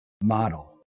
model